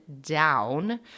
down